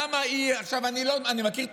אני מכיר את